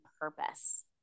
purpose